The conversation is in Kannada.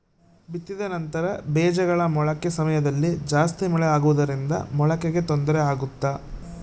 ಬಿತ್ತಿದ ನಂತರ ಬೇಜಗಳ ಮೊಳಕೆ ಸಮಯದಲ್ಲಿ ಜಾಸ್ತಿ ಮಳೆ ಆಗುವುದರಿಂದ ಮೊಳಕೆಗೆ ತೊಂದರೆ ಆಗುತ್ತಾ?